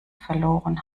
verloren